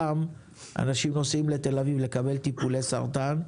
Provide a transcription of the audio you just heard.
אנשים נוסעים משם לתל-אביב לקבל טיפולים נגד סרטן,